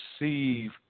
receive